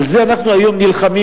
על זה אנחנו היום נלחמים,